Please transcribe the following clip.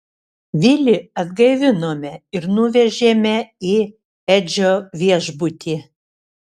vilį atgaivinome ir nuvežėme į edžio viešbutį